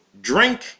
drink